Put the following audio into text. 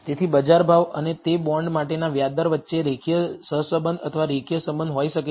તેથી બજાર ભાવ અને તે બોન્ડ માટેના વ્યાજ દર વચ્ચે રેખીય સહસંબંધ અથવા રેખીય સંબંધ હોઈ શકે છે